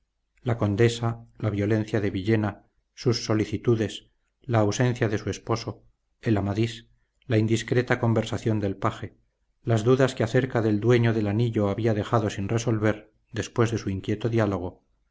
la condesa la violencia de villena sus solicitudes la ausencia de su esposo el amadís la indiscreta conversación del paje las dudas que acerca del dueño del anillo había dejado sin resolver después de su inquieto diálogo